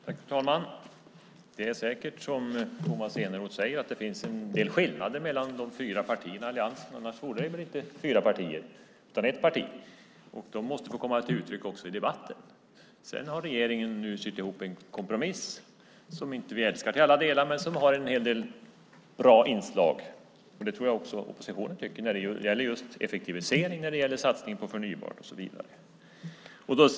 Fru talman! Det är säkert som Tomas Eneroth säger, att det finns en del skillnader mellan de fyra partierna i alliansen. Annars vore det väl inte fyra partier, utan ett parti. Det måste få komma till uttryck också i debatten. Regeringen har sytt ihop en kompromiss som vi inte älskar till alla delar, men som har en hel del bra inslag. Det tror jag att också oppositionen tycker, när det gäller effektiviseringen, satsningen på förnybart och så vidare.